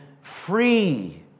free